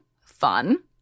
fun